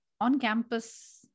on-campus